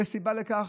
יש סיבה לכך.